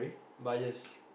bias